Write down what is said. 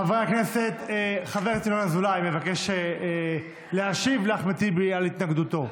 חבר הכנסת ינון אזולאי מבקש להשיב לחבר הכנסת אחמד טיבי על התנגדותו.